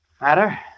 Matter